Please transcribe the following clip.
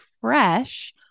fresh